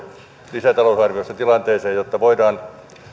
lisätalousarviossa tilanteeseen jotta voidaan